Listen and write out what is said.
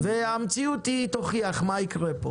והמציאות תוכיח מה יקרה פה.